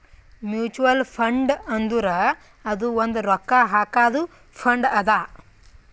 mutual fund ಅಂದುರ್ ಅದು ಒಂದ್ ರೊಕ್ಕಾ ಹಾಕಾದು ಫಂಡ್ ಅದಾ